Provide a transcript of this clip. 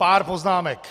Pár poznámek.